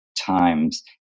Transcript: times